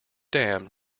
dam